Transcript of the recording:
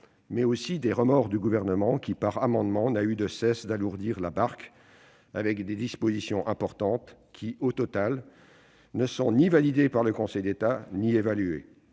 mais aussi des remords du Gouvernement, qui, par amendements, n'a eu de cesse d'alourdir la barque avec des dispositions importantes, qui ne sont ni validées par le Conseil d'État ni évaluées.